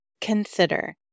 Consider